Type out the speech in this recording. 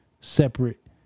separate